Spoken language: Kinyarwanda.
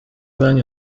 banki